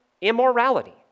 immorality